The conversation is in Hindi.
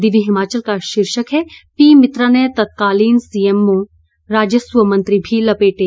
दिव्य हिमाचल का शीर्षक है पी मित्रा ने तत्कालीन सीएमओ राजस्व मंत्री भी लपेटे